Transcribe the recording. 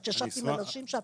את ישבת עם אנשים שם?